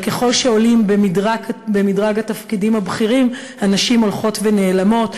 אבל ככל שעולים במדרג התפקידים הבכירים הנשים הולכות ונעלמות,